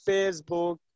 Facebook